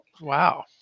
wow